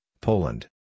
Poland